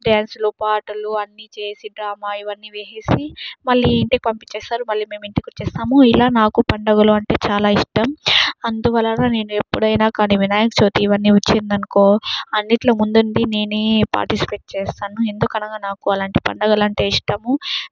డాన్సులు పాటలు అన్నీ చేసి డ్రామా ఇవన్నీ వేసి మళ్లీ ఇంటికి పంపించేస్తారు మళ్లీ ఇంటికి వచ్చేస్తాము ఇలా మాకు పండుగలు అంటే చాలా ఇష్టం అందువలన నేను ఎప్పుడైనా కానీ వినాయక చవితి ఇవన్నీ వచ్చిందనుకో అన్నిట్లో ముందుండి నేనే పాటిస్పేట్ చేస్తాను ఎందుకనగా నాకు అలాంటి పండుగలు అంటే ఇష్టము